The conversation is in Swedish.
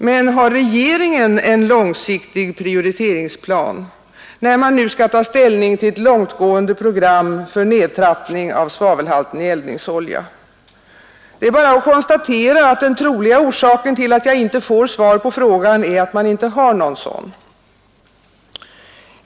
Men har regeringen en långsiktig prioriteringsplan när man nu skall ta ställning till ett långtgående program för nedtrappning av svavelhalten i eldningsolja? Det är bara att konstatera att den troliga orsaken till att jag inte får svar på den frågan är att man inte har någon sådan plan.